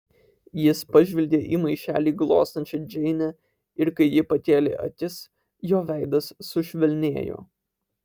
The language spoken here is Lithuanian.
jis pažvelgė į maišelį glostančią džeinę ir kai ji pakėlė akis jo veidas sušvelnėjo